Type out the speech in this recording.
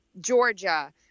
Georgia